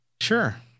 Sure